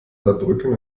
saarbrücken